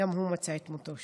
גם הוא מצא את מותו שם.